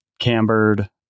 cambered